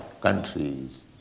countries